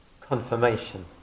confirmation